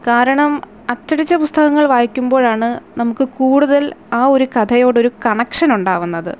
കാരണം അച്ചടിച്ച പുസ്തകങ്ങൾ വായിക്കുമ്പോഴാണ് നമുക്ക് കൂടുതൽ ആ ഒരു കഥയോട് ഒരു കണക്ഷൻ ഉണ്ടാവുന്നത്